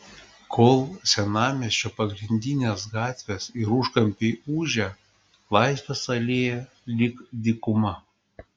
kol senamiesčio pagrindinės gatvės ir užkampiai ūžia laisvės alėja lyg dykuma